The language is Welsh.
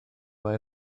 mae